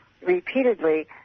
repeatedly